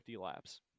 laps